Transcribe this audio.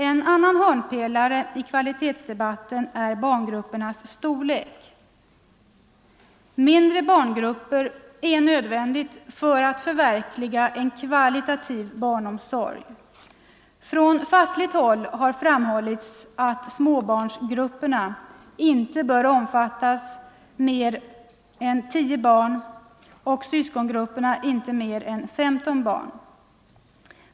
En annan hörnpelare i kvalitetsdebatten är barngruppernas storlek. Mindre barngrupper är nödvändiga för att förverkliga en kvalitativ barnomsorg. Från fackligt håll har framhållits att småbarnsgrupperna inte bör omfatta mer än 10 barn och syskongrupperna inte mer än 15 barn.